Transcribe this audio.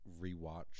rewatch